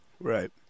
Right